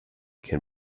can